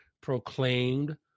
proclaimed